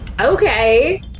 Okay